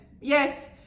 yes